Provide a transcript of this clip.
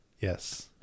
Yes